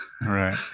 right